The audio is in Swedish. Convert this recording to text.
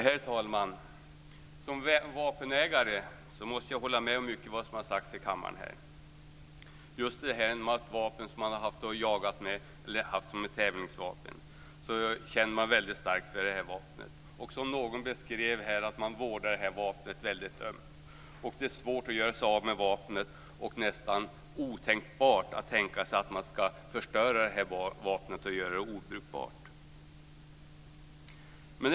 Herr talman! Som vapenägare måste jag hålla med om mycket av det som har sagts här i kammaren. Just det vapen som man har jagat med eller haft som tävlingsvapen känner man mycket starkt för. Som någon beskrev vårdar man det här vapnet mycket ömt. Det är svårt att göra sig av med vapnet och nästan otänkbart att förstöra det och göra det obrukbart.